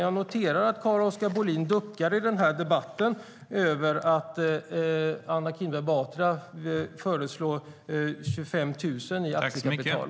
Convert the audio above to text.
Jag noterade att Carl-Oskar Bohlin duckade i debatten i fråga om att Anna Kinberg Batra föreslår 25 000 kronor i aktiekapital.